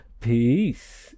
Peace